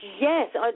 Yes